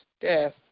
death